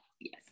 Yes